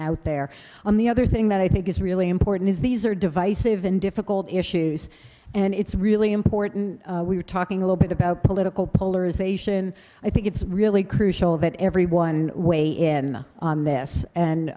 out there on the other thing that i think is really important is these are divisive and difficult issues and it's really important we're talking a little bit about political polarization i think it's really crucial that everyone weigh in on this